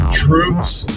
truths